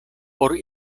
por